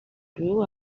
grew